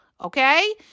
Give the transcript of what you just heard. okay